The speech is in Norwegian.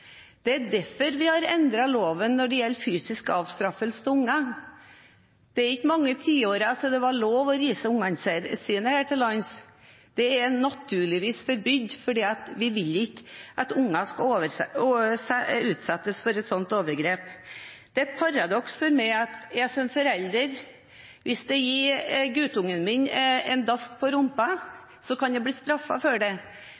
Det er derfor vi har endret loven når det gjelder fysisk avstraffelse av unger. Det er ikke mange tiårene siden det var lov å rise ungene sine her til lands. Det er naturligvis forbydd, fordi vi ikke vil at unger skal utsettes for et sånt overgrep. Det er et paradoks for meg at hvis jeg som forelder gir guttungen min en dask på rumpa, kan jeg bli straffet for det.